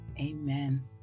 Amen